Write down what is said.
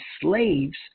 slaves